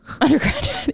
undergraduate